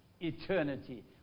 eternity